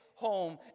home